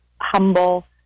humble